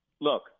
look